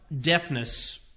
deafness